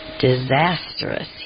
disastrous